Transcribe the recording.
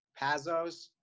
Pazos